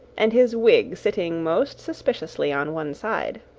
and his wig sitting most suspiciously on one side.